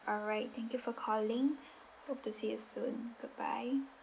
alright thank you for calling hope to see it soon goodbye